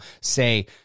say